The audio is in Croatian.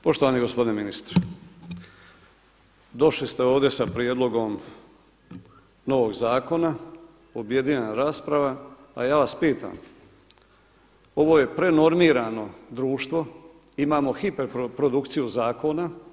Poštovani gospodine ministre, došli ste ovdje sa prijedlogom novog zakona, objedinjena rasprava a ja vas pitam ovo je prenormirano društvo, imamo hiper produkciju zakona.